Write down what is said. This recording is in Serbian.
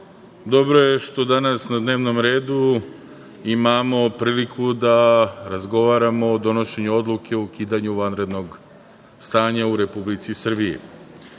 dobro je što danas na dnevnom redu imamo priliku da razgovaramo o donošenju odluke o ukidanju vanrednog stanja u Republici Srbiji. Ja